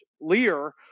Lear